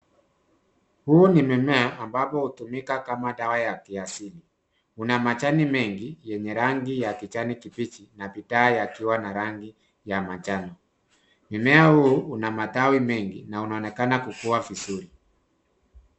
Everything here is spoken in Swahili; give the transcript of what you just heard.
Huu ni mimea ambapo hutumika kama dawa ya kiasili. Una majani mengi yenye rangi ya kijani kibichi na bidhaa yakiwa na rangi ya manjano. Mmea huu una matawi mengi na unaonekana kukua vizuri.